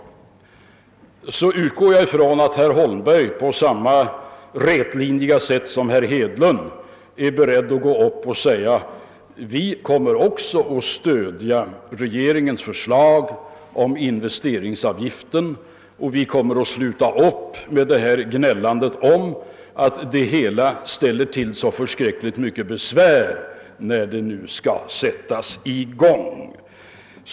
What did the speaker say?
Jag utgär ifrån att herr Holmberg på samma rätlinjiga sätt som herr Hedlund är beredd att gå upp och säga att moderata samlingspartiet också kommer att stödja regeringens förslag om en investeringsavgift och att det kommer att sluta upp med gnällandet om att det hela ställer till så förskräckligt mycket besvär när det nu skall sättas i gång.